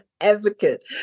advocate